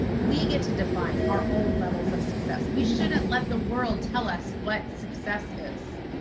we get to define our own levels of success. we shouldn't let the world tell us what success is.